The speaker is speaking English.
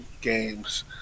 games